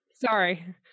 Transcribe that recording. Sorry